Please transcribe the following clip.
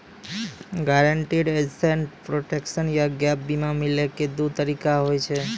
guaranteed asset protection या gap बीमा मिलै के दु तरीका होय छै